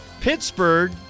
Pittsburgh